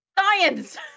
Science